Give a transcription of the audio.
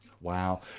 Wow